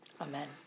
Amen